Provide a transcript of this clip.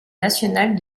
nationale